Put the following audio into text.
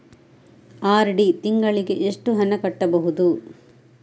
RD ತಿಂಗಳಿಗೆ ಎಷ್ಟು ಹಣ ಕಟ್ಟಬಹುದು?